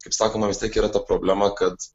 kaip sakoma vis tiek yra ta problema kad